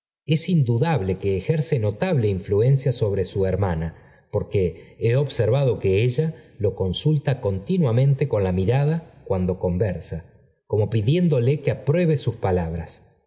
es indudable que ejerce notable influencia sobre su hermana porque he observado que ella lo consulta continuamente con la mirada cuando conversa como pidiéndole que apruebe sus palabras